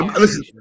listen